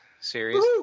series